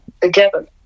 together